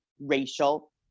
racial